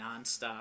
nonstop